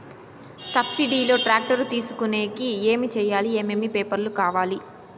Subsidy లో tractor తీసుకొనేకి ఏమి చేయాలి? ఏమేమి పేపర్లు కావాలి?